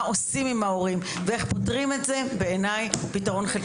עושים עם ההורים ואיך פותרים את זה - בעיניי פתרון חלקי.